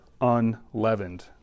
unleavened